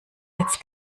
jetzt